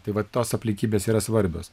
tai vat tos aplinkybės yra svarbios